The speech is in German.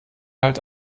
halt